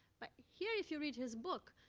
but here, if you read his book,